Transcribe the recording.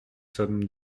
sommes